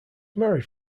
married